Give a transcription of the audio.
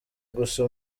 gusa